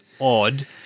odd